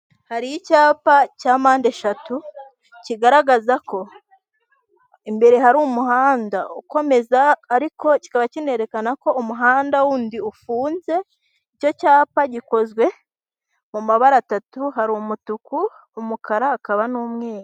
Hari icyapa cya mpandeshatu kigaragaza ko imbere hari umuhanda ukomeza. Ariko kikaba kinerekana ko umuhanda wundi ufunze icyo cyapa gikozwe mu mabara atatu hari umutuku, umukara hakaba n'umweru.